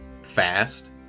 fast